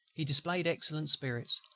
he displayed excellent spirits,